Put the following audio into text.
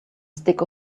stick